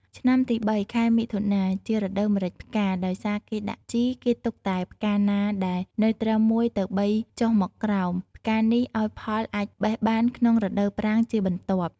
ឆ្នាំទី៣ ខែមិថុនា ជារដូវម្រេចផ្កា ដោយសារគេដាក់ជី គេទុកតែផ្កាណាដែល នៅត្រឹម ១ ទៅ ៣ ចុះមកក្រោម ផ្កានេះឱ្យផលអាចបេះបានក្នុងរដូវប្រាំងជាបន្ទាប់។